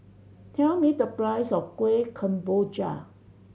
tell me the price of Kuih Kemboja